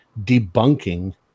debunking